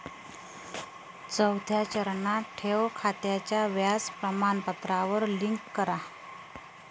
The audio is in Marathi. चौथ्या चरणात, ठेव खात्याच्या व्याज प्रमाणपत्रावर क्लिक करा